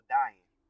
dying